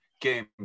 games